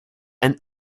and